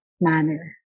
manner